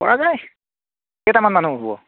পৰা যায় কেইটামান মানুহ হ'ব